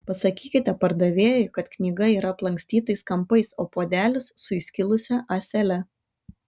pasakykite pardavėjui kad knyga yra aplankstytais kampais o puodelis su įskilusia ąsele